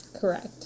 Correct